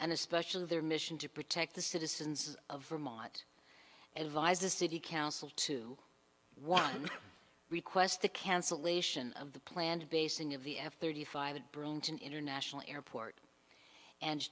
and especially their mission to protect the citizens of vermont advised the city council to one request the cancellation of the planned basing of the f thirty five at burlington international airport and